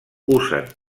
usen